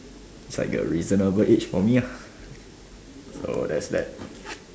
which like a reasonable age for me lah so there's that